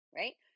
right